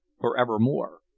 forevermore